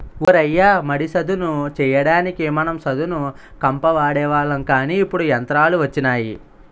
ఓ రయ్య మడి సదును చెయ్యడానికి మనం సదును కంప వాడేవాళ్ళం కానీ ఇప్పుడు యంత్రాలు వచ్చినాయి